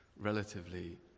relatively